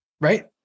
right